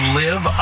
live